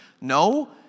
No